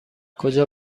کجا